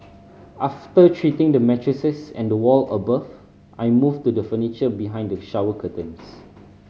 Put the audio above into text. after treating the mattresses and the wall above I moved to the furniture behind the shower curtains